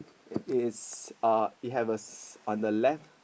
it is uh it have a s~ on the left